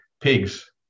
pigs